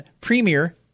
Premier